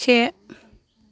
से